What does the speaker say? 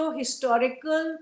historical